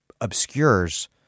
obscures